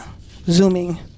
Zooming